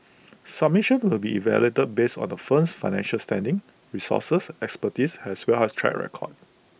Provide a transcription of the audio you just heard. submissions will be evaluated based on the firm's financial standing resources expertise as well as track record